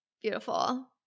Beautiful